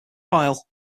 file